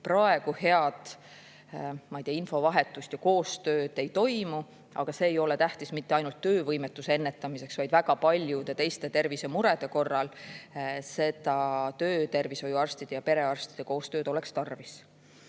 Praegu sellist head infovahetust ja koostööd ei toimu. Aga see ei ole tähtis mitte ainult töövõimetuse ennetamiseks, vaid ka väga paljude teiste tervisemurede korral. Seda töötervishoiuarstide ja perearstide koostööd oleks tarvis.